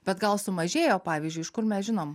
bet gal sumažėjo pavyzdžiui iš kur mes žinom